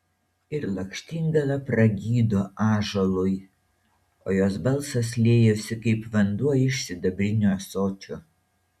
ir lakštingala pragydo ąžuolui o jos balsas liejosi kaip vanduo iš sidabrinio ąsočio